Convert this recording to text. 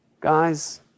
guys